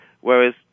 Whereas